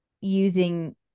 using